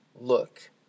look